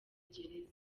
gereza